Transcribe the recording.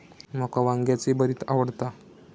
माका वांग्याचे भरीत आवडता